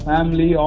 Family